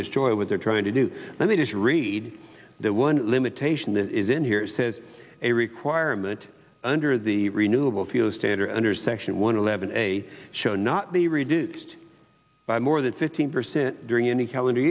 destroy what they're trying to do let me just read that one limitation that is in here says a requirement under the renewable fuel standard under section one eleven a show not be reduced by more than fifteen percent during any calendar